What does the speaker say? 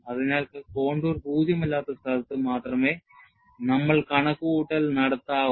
അതിനാൽ കോണ്ടൂർ പൂജ്യമല്ലാത്ത സ്ഥലത്ത് മാത്രമേ നമ്മൾ കണക്കുകൂട്ടൽ നടത്താവൂ